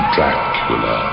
Dracula